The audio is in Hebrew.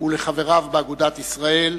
ולחבריו באגודת ישראל.